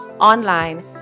online